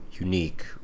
Unique